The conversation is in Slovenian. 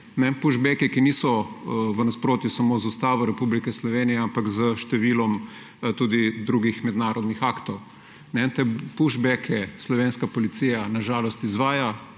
Pushbacki, ki niso v nasprotju samo z Ustavo Republike Slovenije, ampak s številom tudi drugih mednarodnih aktov. Te pushbacke slovenska policija na žalost izvaja,